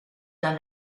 dans